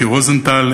מיקי רוזנטל,